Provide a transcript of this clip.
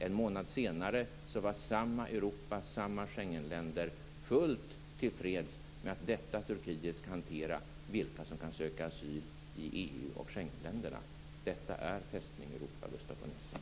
En månad senare var alltså samma EU och Schengenländer fullt till freds med att Turkiet skulle hantera vilka som kan söka asyl i dessa länder. Detta är Fästning Europa, Gustaf von Essen.